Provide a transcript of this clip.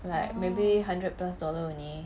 like maybe hundred plus dollar only